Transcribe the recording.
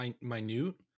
minute